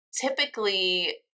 Typically